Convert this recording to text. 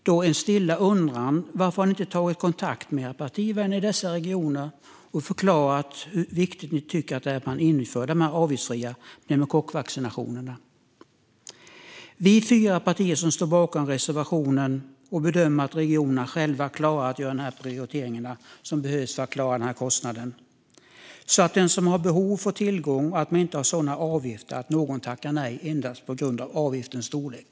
Då har jag en stilla undran: Varför har ni inte tagit kontakt med era partivänner i dessa regioner och förklarat hur viktigt ni tycker att det är att införa avgiftsfria pneumokockvaccinationer? Vi fyra partier som står bakom reservationen bedömer att regionerna klarar att själva göra de prioriteringar som behövs för att klara av denna kostnad. De som har behov ska få tillgång, och avgifterna ska inte vara sådana att någon tackar nej endast på grund av avgiftens storlek.